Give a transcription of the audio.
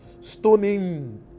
stoning